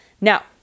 Now